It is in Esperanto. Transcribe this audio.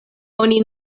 oni